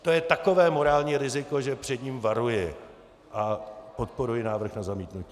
To je takové morální riziko, že před ním varuji a podporuji návrh na zamítnutí.